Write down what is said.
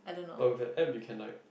oh the app you can like